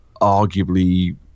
arguably